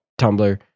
Tumblr